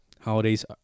holidays